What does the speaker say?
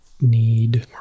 need